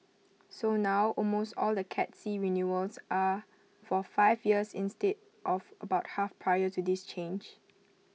so now almost all the cat C renewals are for five years instead of about half prior to this change